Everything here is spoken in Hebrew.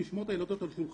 האימא מודאגת, הילד מודאג.